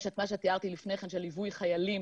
יש את מה שתיארתי לפני כן, של ליווי חיילים.